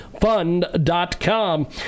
Fund.com